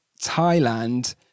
Thailand